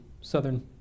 southern